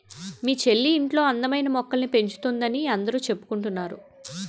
మీ చెల్లి ఇంట్లో అందమైన మొక్కల్ని పెంచుతోందని అందరూ చెప్పుకుంటున్నారు